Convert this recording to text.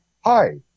hi